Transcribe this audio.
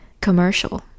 commercial